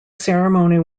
ceremony